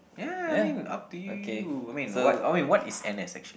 ya I mean up to you I mean what I mean what is n_s actually